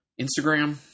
Instagram